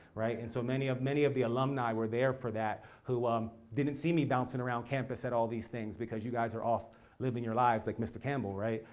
and so many of many of the alumni were there for that who um didn't see me bouncing around campus at all these things. because you guys are off living your lives like mr. campbell, right?